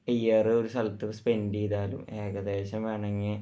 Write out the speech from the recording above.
year ഒരു സ്ഥലത്ത് spent ചെയ്താലും ഏകദേശം വേണങ്കിൽ